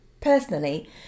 personally